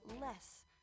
less